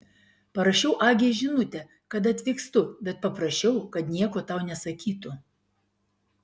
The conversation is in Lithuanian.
parašiau agei žinutę kad atvykstu bet paprašiau kad nieko tau nesakytų